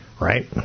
Right